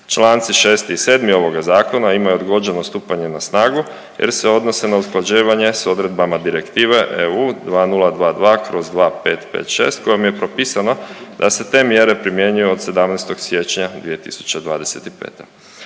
Članci 6. i 7. ovoga zakona imaju odgođeno stupanje na snagu jer se odnose na usklađivanje s odredbama direktive EU 2022/2556 kojom je propisano da se te mjere primjenjuju od 17. siječnja 2025.